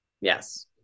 Yes